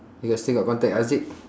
you got still got contact haziq